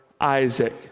Isaac